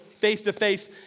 face-to-face